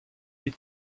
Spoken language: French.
les